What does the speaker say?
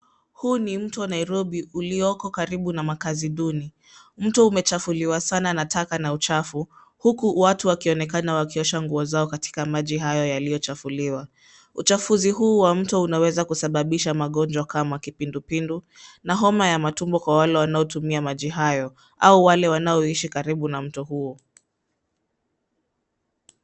Huu ni mto Nairobi ulioko karibu na makazi duni. Mto umechafuliwa sana na taka na uchafu. Huku watu wakionekana wakiosha nguo zao katika maji hayo yaliyo chafuliwa. Uchafuzi huu wa mto unaweza kusababisha magonjwa kama kipindupindu na homa ya matumbo kwa wale wanao tumia maji hayo au wale wanaoishi karibu na mto huo.